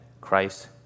Christ